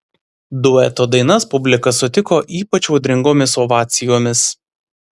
dueto dainas publika sutiko ypač audringomis ovacijomis